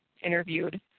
interviewed